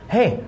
Hey